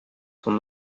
sont